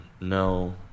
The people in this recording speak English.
no